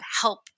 help